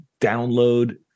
download